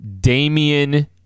Damian